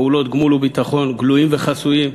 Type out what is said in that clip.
פעולות גמול וביטחון גלויים וחסויים,